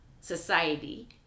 society